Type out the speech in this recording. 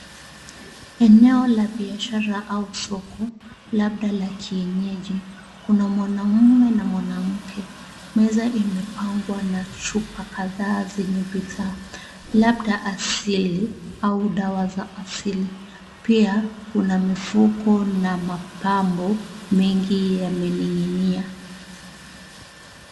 Eneo la biashara au soko labda la kienyeji, kuna mwanamume na mwanamke, Meza imepangwa na chupa kadhaa zenye bidhaa labda asili au dawa za asili pia kuna mifuko na mapambo mengi yamening'inia.